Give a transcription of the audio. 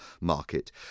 market